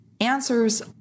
Answers